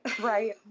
Right